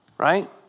Right